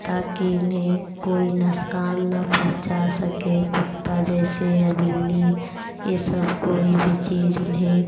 ताकि उन्हें कोई नुक़सान ना पहुँचा सके कुत्ता जैसे या बिल्ली ये सब कोई भी चीज़ उन्हें